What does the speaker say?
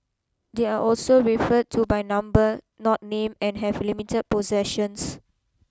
they are also referred to by number not name and have limited possessions